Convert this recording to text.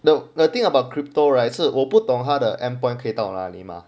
the thing about crypto right 是我不懂它的 end point 可以到那里吗